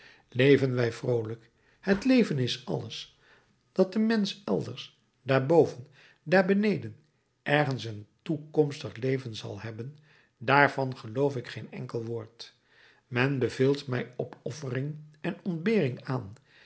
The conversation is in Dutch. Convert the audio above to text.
leven wij vroolijk het leven is alles dat de mensch elders daar boven daar beneden ergens een toekomstig leven zal hebben daarvan geloof ik geen enkel woord men beveelt mij opoffering en ontbering aan